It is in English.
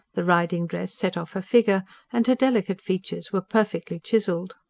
the riding-dress set off her figure and her delicate features were perfectly chiselled.